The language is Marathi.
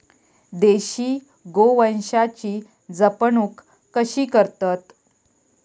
देशी गोवंशाची जपणूक कशी करतत?